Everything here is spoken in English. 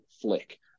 flick